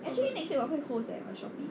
actually next week 我会 host leh 我的 Shopee